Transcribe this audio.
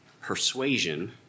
persuasion